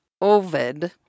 Ovid